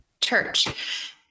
church